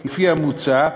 לפי המוצע,